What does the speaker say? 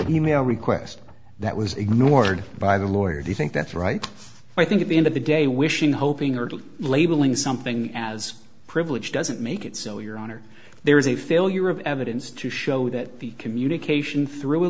e mail request that was ignored by the lawyer do you think that's right i think at the end of the day wishing hoping or labeling something as privileged doesn't make it so your honor there is a failure of evidence to show that the communication thr